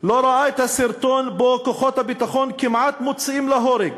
לא ראה את הסרטון שבו כוחות הביטחון כמעט מוציאים להורג